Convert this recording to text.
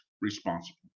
responsible